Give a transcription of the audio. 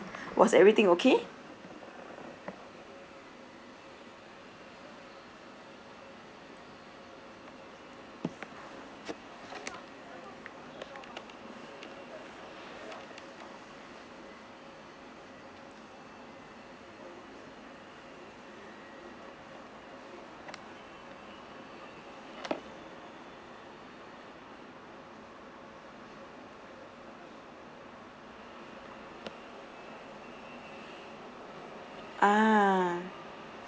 was everything okay ah